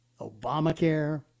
Obamacare